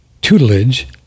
tutelage